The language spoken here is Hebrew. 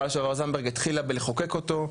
שהשרה לשעבר זנדברג התחילה בלחוקק אותו,